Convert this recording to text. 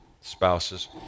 spouses